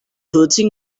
hurting